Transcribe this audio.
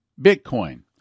Bitcoin